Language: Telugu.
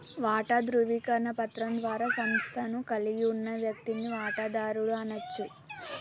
వాటా ధృవీకరణ పత్రం ద్వారా సంస్థను కలిగి ఉన్న వ్యక్తిని వాటాదారుడు అనచ్చు